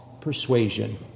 persuasion